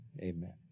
amen